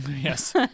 Yes